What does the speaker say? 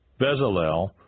Bezalel